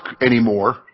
anymore